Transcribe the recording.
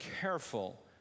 careful